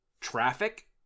traffic